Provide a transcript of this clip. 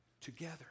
together